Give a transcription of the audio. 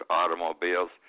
automobiles